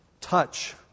Touch